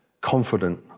confident